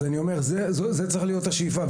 זאת צריכה להיות השאיפה.